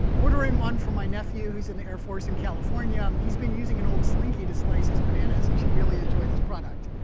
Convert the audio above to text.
ordering one for my nephew, who is in the air force in california. um he's been using an old slinky to slice his bananas. he should really enjoy this product.